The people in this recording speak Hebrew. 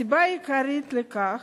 הסיבה העיקרית לכך,